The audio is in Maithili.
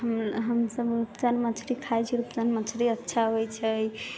हमसब रूपचन्द मछली खाइ छी रूपचन्द मछली अच्छा होइ छै